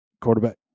quarterback